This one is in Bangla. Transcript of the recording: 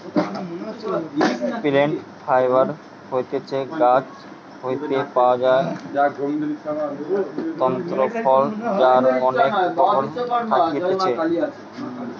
প্লান্ট ফাইবার হতিছে গাছ হইতে পাওয়া তন্তু ফল যার অনেক উপকরণ থাকতিছে